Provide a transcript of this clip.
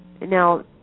Now